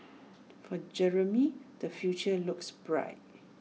for Jeremy the future looks bright